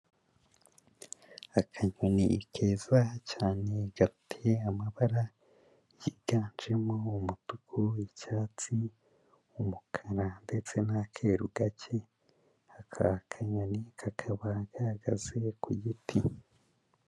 Akanyoni keza cyane gafite amabara yiganjemo umutuku icyatsi, umukara ndetse n'akeru gake, aka kanyoni kakaba gahagaze ku giti.